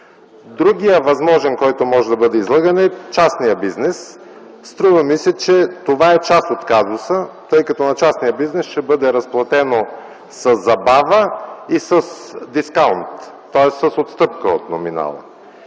Другият възможен, който може да бъде излъган, е частният бизнес. Струва ми се, че това е част от казуса, тъй като на частния бизнес ще бъде разплатено със забава и с дискаунт, тоест с отстъпка от номинала.